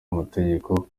amategeko